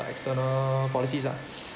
external policies ah